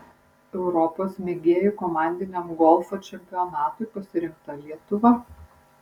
europos mėgėjų komandiniam golfo čempionatui pasirinkta lietuva